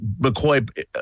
McCoy